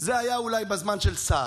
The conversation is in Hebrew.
זה היה אולי בזמן של סער,